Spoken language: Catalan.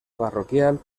parroquial